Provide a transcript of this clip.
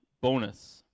bonus